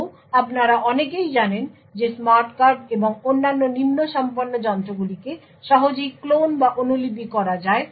আরও আপনারা অনেকেই জানেন যে স্মার্ট কার্ড এবং অন্যান্য নিম্ন সম্পন্ন যন্ত্রগুলিকে সহজেই ক্লোন বা অনুলিপি করা যায়